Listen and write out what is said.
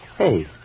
Hey